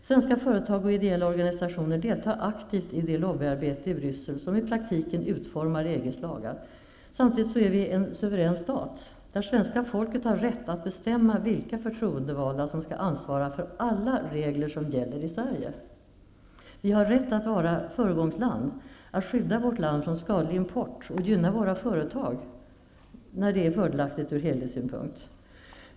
Svenska företag och ideella organisationer deltar aktivt i det lobbyarbete i Bryssel som i praktiken utformar EG:s lagar. Samtidigt är vi en suverän stat, där svenska folket har rätt att bestämma vilka förtroendevalda som skall ansvara för alla regler som gäller i Sverige. Vi har rätt att vara föregångsland, att skydda vårt land från skadlig import och gynna våra företag när det är fördelaktigt ur helhetssynpunkt.